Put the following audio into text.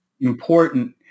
important